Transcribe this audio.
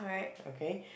okay